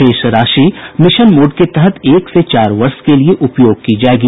शेष राशि mission mode के तहत एक से चार वर्ष के लिए उपयोग की जायेगी